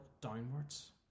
downwards